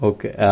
Okay